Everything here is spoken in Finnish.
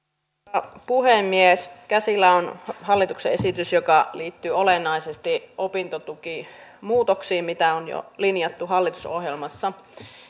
arvoisa puhemies käsillä on hallituksen esitys joka liittyy olennaisesti opintotukimuutoksiin joita on jo linjattu hallitusohjelmassa